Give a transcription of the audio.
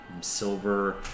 silver